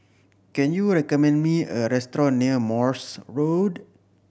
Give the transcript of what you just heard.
can you recommend me a restaurant near Morse Road